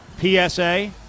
PSA